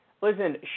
Listen